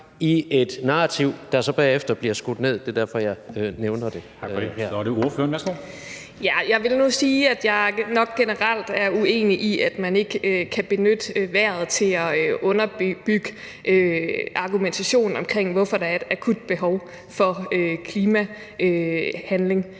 Så er det ordføreren. Værsgo. Kl. 11:26 Anne Paulin (S): Jeg vil nu sige, at jeg generelt er uenig i, at man ikke kan benytte vejret til at underbygge argumentationen om, hvorfor der er et akut behov for klimahandling.